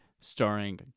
starring